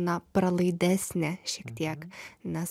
na pralaidesnė šiek tiek nes